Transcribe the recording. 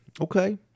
Okay